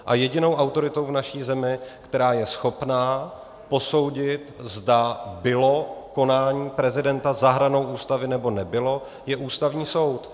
A jedinou autoritou v naší zemi, která je schopná posoudit, zda bylo konání prezidenta za hranou Ústavy, nebo nebylo, je Ústavní soud.